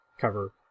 Cover